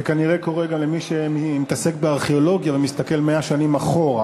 זה כנראה קורה גם למי שמתעסק בארכיאולוגיה ומסתכל 100 שנים אחורה.